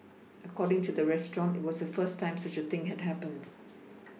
according to the restaurant it was the first time such a thing had happened